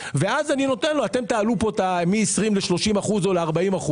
תעלו מ-20% ל-30% או ל-40%,